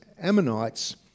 Ammonites